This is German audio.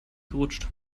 gerutscht